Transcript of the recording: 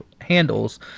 handles